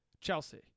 Chelsea